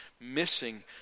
missing